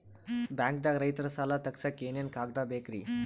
ಬ್ಯಾಂಕ್ದಾಗ ರೈತರ ಸಾಲ ತಗ್ಸಕ್ಕೆ ಏನೇನ್ ಕಾಗ್ದ ಬೇಕ್ರಿ?